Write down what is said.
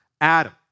Adam